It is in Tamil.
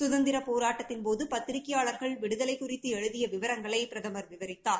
சுதந்திரப் போரட்டத்தின் போது பத்திரிகையாளர்கள் விடுதலை குறித்து எழுதிய விவரங்களை பிரதமர் விவரித்தார்